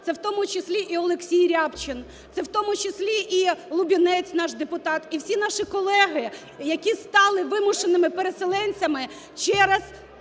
це, в тому числі і Олексій Рябчин, це в тому числі і Лубінець, наш депутат, і всі наші колеги, які стали вимушеними переселенцями через